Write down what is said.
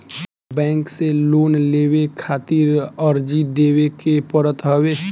bank से loan लेवे खातिर अर्जी देवे के पड़त हवे